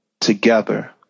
together